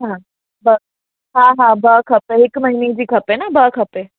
हा ॿ हा हा ॿ खपे हिकु महीने जी खपे न ॿ खपे